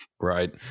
Right